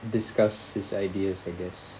discuss his ideas I guess